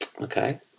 Okay